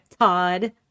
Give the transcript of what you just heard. Todd